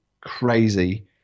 crazy